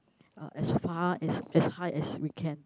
uh as far as as high as we can